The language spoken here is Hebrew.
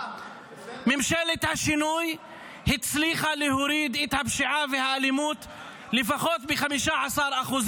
ממשלת השינוי הצליחה להוריד את הפשיעה והאלימות לפחות ב-15%,